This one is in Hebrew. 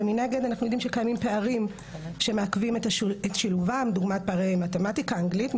ומנגד יש פערים שמעכבים את שילובם דוגמת פערי מתמטיקה ואנגלית,